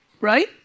right